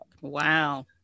wow